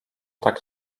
tak